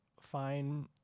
fine